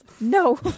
No